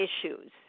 issues